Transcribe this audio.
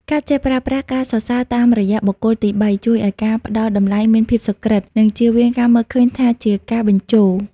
ការចេះប្រើប្រាស់ "ការសរសើរតាមរយៈបុគ្គលទីបី" ជួយឱ្យការផ្តល់តម្លៃមានភាពសុក្រឹត និងជៀសវាងការមើលឃើញថាជាការបញ្ជោរ។